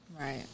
Right